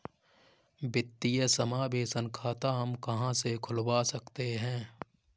वित्तीय समावेशन खाता हम कहां से खुलवा सकते हैं?